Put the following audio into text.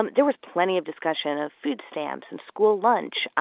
um there was plenty of discussion of food stamps and school lunch,